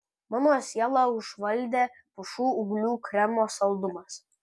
mano sielą užvaldė pušų ūglių kremo saldumas